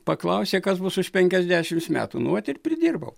paklausė kas bus už penkiasdešimt metų nu vat ir pridirbau